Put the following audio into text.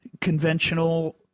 conventional